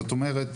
זאת אומרת,